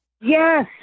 Yes